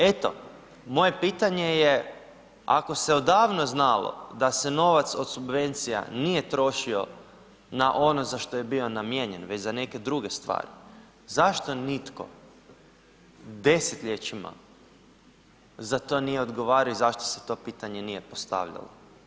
Eto, moje pitanje je ako se odavno znalo da se novac od subvencija nije trošio na ono za što je bio namijenjen već za neke druge stvari, zašto nitko desetljećima za to nije odgovarao i zašto se to pitanje nije postavljalo?